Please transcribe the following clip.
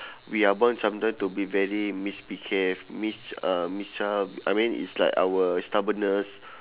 we are born sometime to be very misbehave mis~ uh misch~ I mean it's like our stubbornness